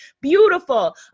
beautiful